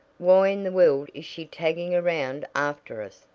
why in the world is she tagging around after us?